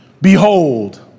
behold